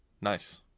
nice